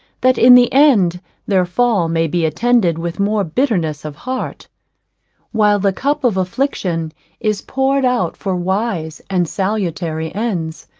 that in the end their fall may be attended with more bitterness of heart while the cup of affliction is poured out for wise and salutary ends,